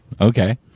okay